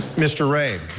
mr. ray.